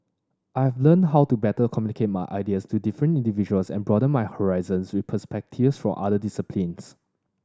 I've learnt how to better communicate my ideas to different individuals and broaden my horizons with perspectives for other disciplines